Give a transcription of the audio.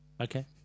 Okay